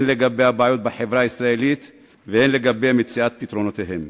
הן לגבי הבעיות בחברה הישראלית והן לגבי מציאת פתרונותיהן.